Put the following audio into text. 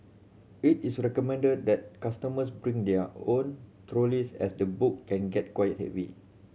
it is recommended that customers bring their own trolleys as the book can get quite heavy